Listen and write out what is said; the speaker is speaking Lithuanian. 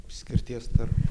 skirties tarp